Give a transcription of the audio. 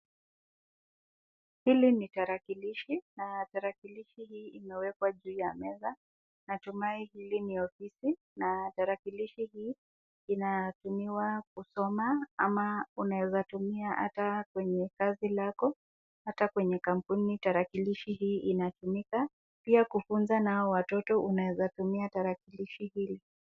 Hili ni tarakilishi na tarakilishi hii inawekwa juu ya meza. Natumai hili ni ofisi na tarakilishi hii inatumiwa kusoma ama unaweza tumia ata kwenye kazi lako, ata kwenye kampuni tarakilishi hii inatumika, pia kufunza nao watoto unaweza tumia tarakilishi hili.